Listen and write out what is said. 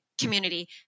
community